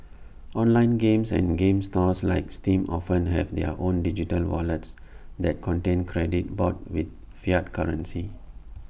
online games and game stores like steam often have their own digital wallets that contain credit bought with fiat currency